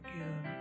again